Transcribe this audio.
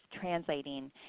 translating